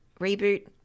Reboot